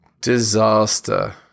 Disaster